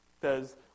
says